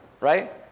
right